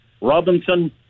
Robinson